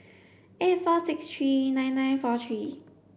eight four six three nine nine four three